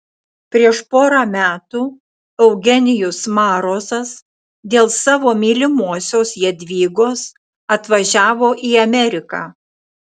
prieš porą metų eugenijus marozas dėl savo mylimosios jadvygos atvažiavo į ameriką